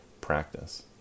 practice